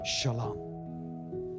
Shalom